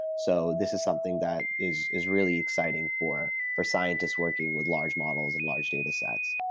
so this is something that is is really exciting for for scientists working with large models and large data sets.